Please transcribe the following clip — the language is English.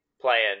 playing